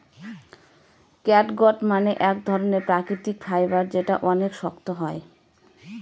catgut মানে এক ধরনের প্রাকৃতিক ফাইবার যেটা অনেক শক্ত হয়